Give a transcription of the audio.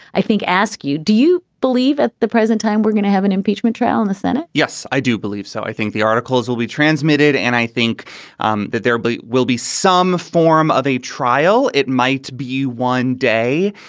i think, ask you, do you believe at the present time we're going to have an impeachment trial in the senate? yes, i do believe so. i think the articles will be transmitted. and i think um that there will be some form of a trial. it might be one day.